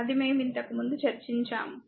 అది మేము ఇంతకుముందు చర్చించాము